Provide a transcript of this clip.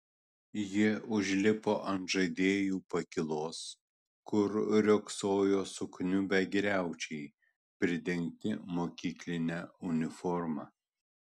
ji užlipo ant žaidėjų pakylos kur riogsojo sukniubę griaučiai pridengti mokykline uniforma